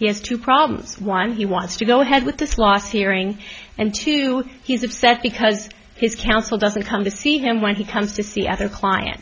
he has two problems one he wants to go ahead with this last hearing and two he's upset because his counsel doesn't come to see him when he comes to see other clients